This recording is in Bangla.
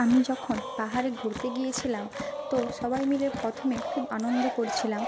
আমি যখন পাহাড়ে ঘুরতে গিয়েছিলাম তো সবাই মিলে প্রথমে খুব আনন্দ করছিলাম